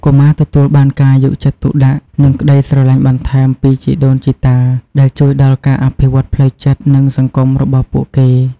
កុមារទទួលបានការយកចិត្តទុកដាក់ និងក្តីស្រឡាញ់បន្ថែមពីជីដូនជីតា ដែលជួយដល់ការអភិវឌ្ឍផ្លូវចិត្ត និងសង្គមរបស់ពួកគេ។